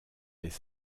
des